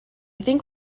think